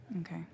Okay